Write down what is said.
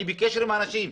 אני בקשר עם האנשים.